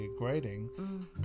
grading